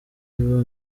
iba